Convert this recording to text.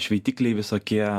šveitikliai visokie